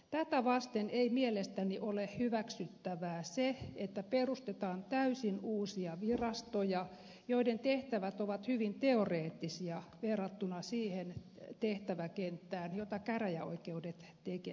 tätä vasten ei mielestäni ole hyväksyttävää se että perustetaan täysin uusia virastoja joiden tehtävät ovat hyvin teoreettisia verrattuna siihen tehtäväkenttään jota käräjäoikeudet tekevät